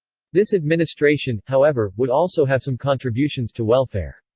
this administration, however, would also have some contributions to welfare.